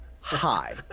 hi